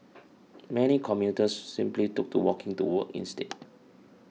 many commuters simply took to walking to work instead